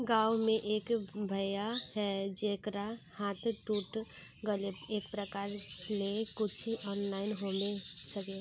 गाँव में एक भैया है जेकरा हाथ टूट गले एकरा ले कुछ ऑनलाइन होबे सकते है?